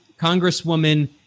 Congresswoman